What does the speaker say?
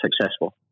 successful